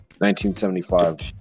1975